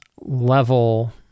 level